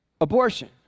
abortion